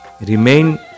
remain